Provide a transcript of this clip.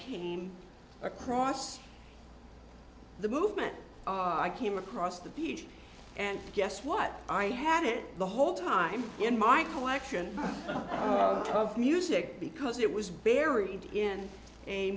came across the movement i came across the page and guess what i had it the whole time in my collection of music because it was buried in a